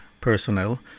personnel